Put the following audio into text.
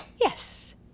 Yes